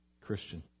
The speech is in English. Christian